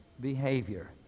behavior